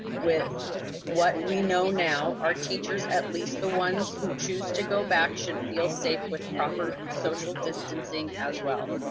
with what we know now, our teachers at least the ones who choose to go back should feel safe with proper social distancing as well.